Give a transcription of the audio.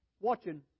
watching